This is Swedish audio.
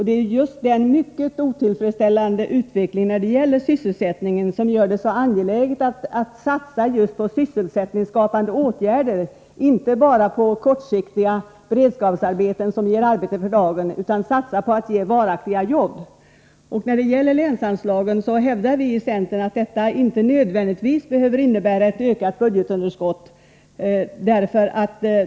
Det är just den mycket otillfredsställande utvecklingen när det gäller sysselsättningen som gör det så angeläget att satsa på sysselsättningsskapande åtgärder — inte bara på kortsiktiga beredskapsarbeten som ger arbete för dagen utan på varaktiga jobb. När det gäller länsanslaget hävdar vi i centern att höjningen av det anslaget inte nödvändigtvis behöver innebära ett ökat budgetunderskott.